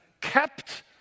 kept